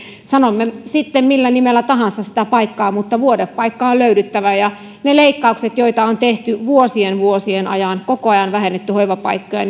sanomme sitten millä nimellä tahansa sitä paikkaa mutta vuodepaikka on löydyttävä ja ne leikkaukset joita on tehty vuosien ja vuosien ajan koko ajan on vähennetty hoivapaikkoja